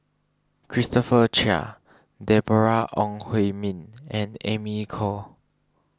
Christopher Chia Deborah Ong Hui Min and Amy Khor